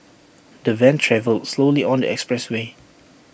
the van travelled slowly on the expressway